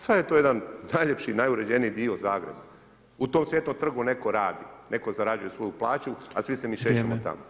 Sve je to jedan najljepši, najuređeniji dio Zagreba, u tom Cvjetnom trgu netko radi, netko zarađuje svoju plaću a svi se mi šećemo tamo.